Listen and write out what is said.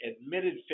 admitted